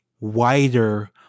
wider